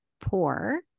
poor